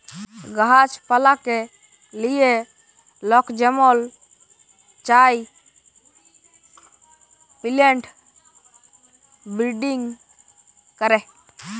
গাহাছ পালাকে লিয়ে লক যেমল চায় পিলেন্ট বিরডিং ক্যরে